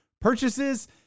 purchases